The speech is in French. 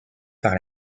par